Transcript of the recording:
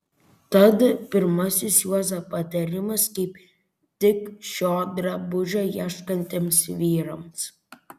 tad pirmasis juozo patarimas kaip tik šio drabužio ieškantiems vyrams